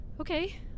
Okay